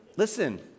Listen